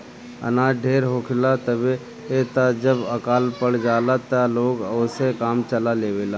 अनाज ढेर होखेला तबे त जब अकाल पड़ जाला त लोग ओसे काम चला लेवेला